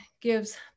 gives